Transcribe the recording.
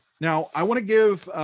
now, i wanna give